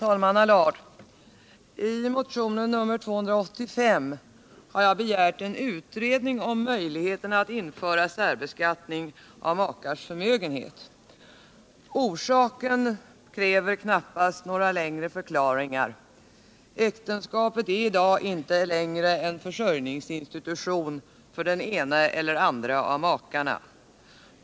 Herr talman! I motionen 285 har jag begärt en utredning om möjligheten att införa särbeskattning av makars förmögenhet. Orsaken kräver knappast några längre förklaringar. Äktenskapet är i dag inte längre en försörjningsinstitution för den ena eller den andra av makarna.